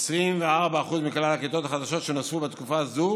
24% מכלל הכיתות החדשות שנוספו בתקופה הזו